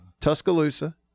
Tuscaloosa